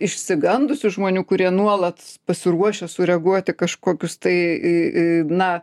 išsigandusių žmonių kurie nuolat pasiruošę sureaguot į kažkokius tai į į na